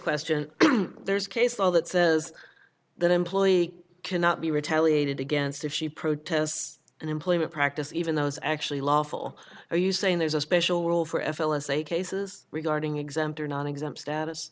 question there's case law that says that employee cannot be retaliated against if she protests an employment practices even though it's actually lawful are you saying there's a special rule for f l as a cases regarding exempt or non exempt status